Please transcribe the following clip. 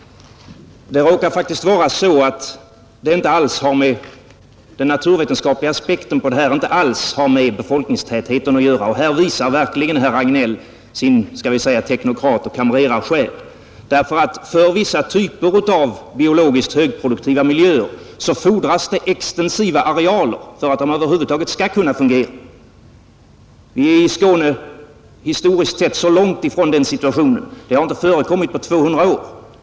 Detta problem kan faktiskt inte alls mätas genom jämförelser av befolkningstätheten. Här visar herr Hagnell verkligen sin, skall vi säga, teknokratoch kamrerarsjäl. Vissa typer av biologiskt högproduktiva miljöer fordrar extensiva arealer för att de över huvud taget skall fungera. I Skåne befinner vi oss långt ifrån den situationen. Den har inte förekommit på 200 år.